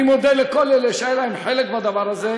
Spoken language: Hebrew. ולכן, אני מודה לכל אלה שהיה להם חלק בדבר הזה.